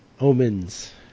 Omens